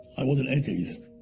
i was an atheist,